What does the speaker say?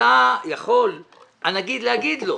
יכול הנגיד להגיד לו: